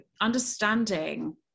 understanding